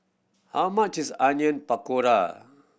how much is Onion Pakora